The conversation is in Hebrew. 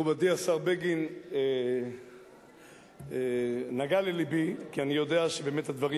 מכובדי השר בגין נגע ללבי כי אני יודע שבאמת הדברים